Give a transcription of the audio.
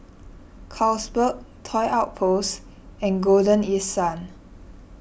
Carlsberg Toy Outpost and Golden East Sun